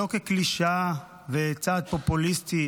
לא כקלישאה וצעד פופוליסטי.